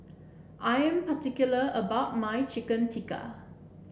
I am particular about my Chicken Tikka